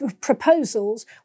proposals